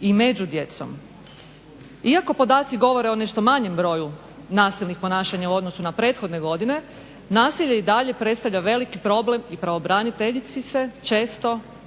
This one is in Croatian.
i među djecom. Iako podaci govore o nešto manjem broju nasilnih ponašanja u odnosu na prethodne godine nasilje i dalje predstavlja velik problem i pravobraniteljici se često kao